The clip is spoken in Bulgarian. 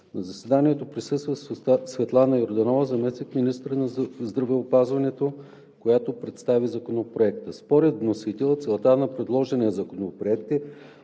На заседанието присъства Светлана Йорданова – заместник-министър на здравеопазването, която представи Законопроекта. Според вносителя целта на предложения законопроект